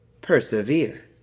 persevere